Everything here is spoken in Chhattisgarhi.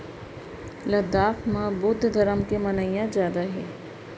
लद्दाख म बुद्ध धरम के मनइया जादा हे